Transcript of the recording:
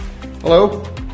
Hello